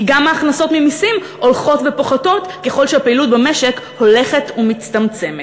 כי גם ההכנסות ממסים הולכות ופוחתות ככל שהפעילות במשק הולכת ומצטמצמת.